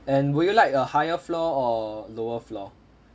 and would you like a higher floor or lower floor